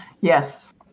Yes